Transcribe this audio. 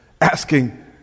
asking